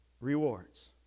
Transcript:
rewards